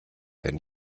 denn